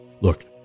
Look